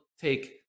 take